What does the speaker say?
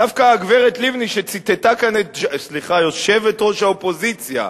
דווקא הגברת לבני, סליחה, יושבת-ראש האופוזיציה,